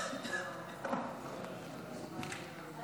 חבר